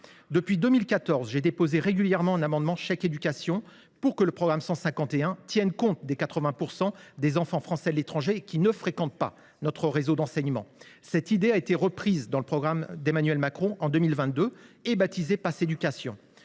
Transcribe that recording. Depuis 2014, j’ai déposé régulièrement un amendement visant à ce qu’un chèque éducation soit destiné à ces 80 % d’enfants français de l’étranger qui ne fréquentent pas notre réseau d’enseignement. Cette idée a été reprise dans le programme d’Emmanuel Macron en 2022 et baptisée pass éducation.